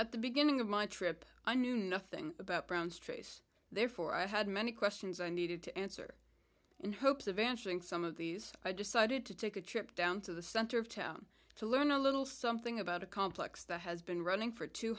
at the beginning of my trip i knew nothing about brown's trace therefore i had many questions i needed to answer in hopes of answering some of these i decided to take a trip down to the center of town to learn a little something about a complex that has been running for two